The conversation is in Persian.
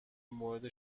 مورد